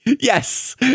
Yes